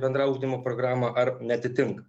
bendrą ugdymo programą ar neatitinka